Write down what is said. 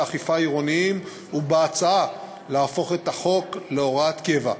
אכיפה עירוניים ובהצעה להפוך את החוק להוראת קבע.